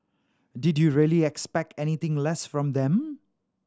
did you really expect anything less from them